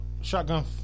shotgun